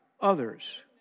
others